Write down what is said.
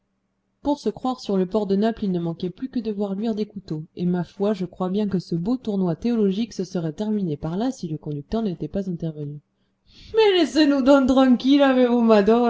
pour se croire sur le port de naples il ne manquait plus que de voir luire les couteaux et ma foi je crois bien que ce beau tournoi théologique se serait terminé par là si le conducteur n'était pas intervenu laissez-nous donc tranquilles